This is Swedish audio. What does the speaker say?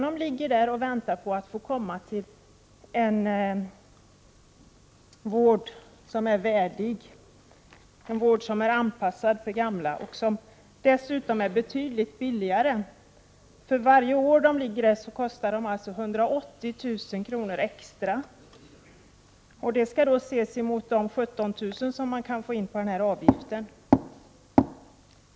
De ligger där och väntar på att få komma till en vård som är värdig, en vård som är anpassad för gamla och som dessutom är betydligt billigare. För varje år de ligger på en akutvårdsavdelning kostar det 180 000 kr. extra. Det skall sättas i relation till de 17 000 kr. som man kan få in på den här avgiften.